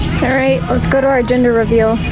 let's go to our gender reveal.